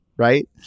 Right